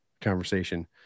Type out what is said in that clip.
conversation